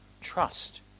trust